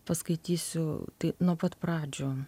paskaitysiu tai nuo pat pradžių